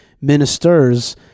ministers